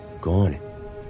gone